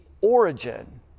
origin